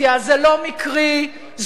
זה לא מקרי, זאת בחירה.